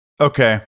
Okay